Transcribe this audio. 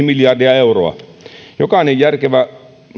miljardia euroa jokainen järkevä